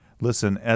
Listen